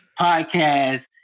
podcast